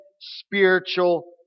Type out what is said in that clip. spiritual